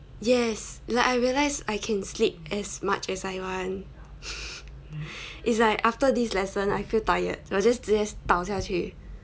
yes like I realised I can sleep as much as I want it's like after this lesson I feel tired so I just 倒下去